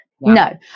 No